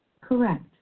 Correct